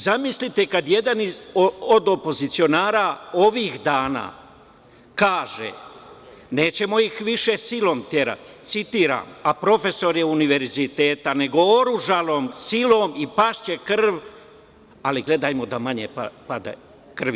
Zamislite kada jedan od opozicionara ovih dana kaže – nećemo ih više silom terati, citiram, a profesor je univerziteta, nego oružanom silom i pašće krv, ali gledajmo da manje pada krvi.